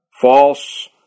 False